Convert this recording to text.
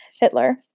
Hitler